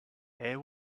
air